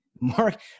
Mark